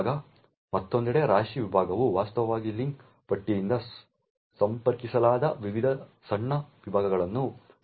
ಮತ್ತೊಂದೆಡೆ ರಾಶಿ ವಿಭಾಗವು ವಾಸ್ತವವಾಗಿ ಲಿಂಕ್ ಪಟ್ಟಿಯಿಂದ ಸಂಪರ್ಕಿಸಲಾದ ವಿವಿಧ ಸಣ್ಣ ವಿಭಾಗಗಳನ್ನು ಒಳಗೊಂಡಿದೆ